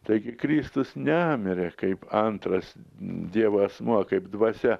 taigi kristus nemirė kaip antras dievo asmuo kaip dvasia